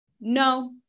no